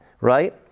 right